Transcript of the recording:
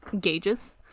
gauges